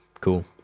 cool